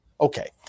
Okay